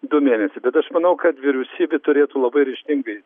du mėnesiai bet aš manau kad vyriausybė turėtų labai ryžtingai